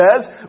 says